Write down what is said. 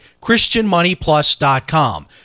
christianmoneyplus.com